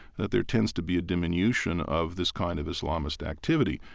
that there tends to be a diminution of this kind of islamist activity.